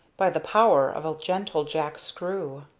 by the power of a gentle jackscrew.